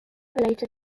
related